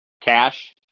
cash